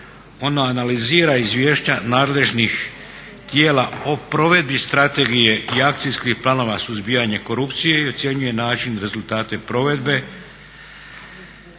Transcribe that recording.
ono analizira izvješća nadležnih tijela o provedbi strategije i akcijskih planova suzbijanja korupcije i ocjenjuje način i rezultate provedbe.